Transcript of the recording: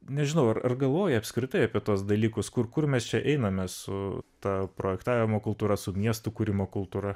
nežinau ar ar galvoja apskritai apie tuos dalykus kur kur mes čia einame su ta projektavimo kultūra su miestų kūrimo kultūra